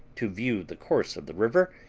to view the course of the river,